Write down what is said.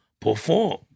perform